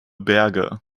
berge